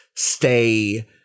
Stay